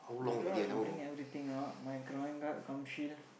I don't know I got bring everything or not my groin guard gum shield